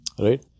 Right